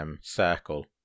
circle